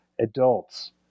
adults